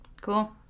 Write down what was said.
Cool